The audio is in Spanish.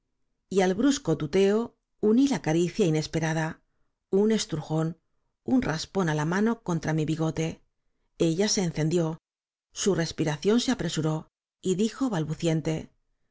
y al brusco tuteo uní la caricia inesperada un estrujón un raspón á la mano contra mi bigote ella se encendió su respiración se apresuró y dijo balbuciente